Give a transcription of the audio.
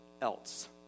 else